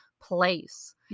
place